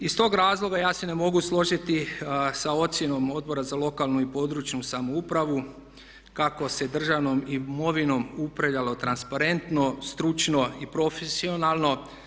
Iz tog razloga ja se ne mogu složiti sa ocjenom Odbora za lokalnu i područnu samoupravu kako se državnom imovinom upravljalo transparentno, stručno i profesionalno.